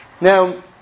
Now